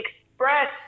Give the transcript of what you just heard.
express